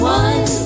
one